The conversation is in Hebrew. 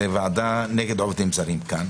זאת ועדה נגד עובדים זרים כאן.